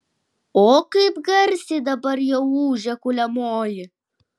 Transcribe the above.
o kaip garsiai dabar jau ūžia kuliamoji